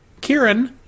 Kieran